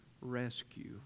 rescue